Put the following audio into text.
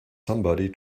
somebody